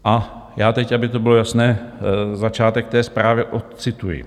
A já teď, aby to bylo jasné, začátek té zprávy ocituji.